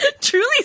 truly